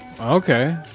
okay